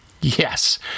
Yes